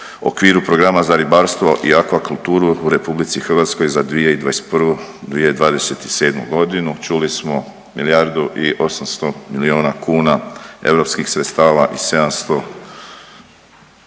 okviru programa za ribarstvo i akvakulturu u RH za 2021.-2027.g., čuli smo milijardu i 800 milijuna kuna europskih sredstava i 700,